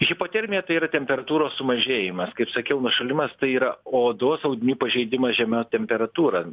hipotermija tai yra temperatūros sumažėjimas kaip sakiau nušalimas tai yra odos audinių pažeidimas žema temperatūra